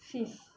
sis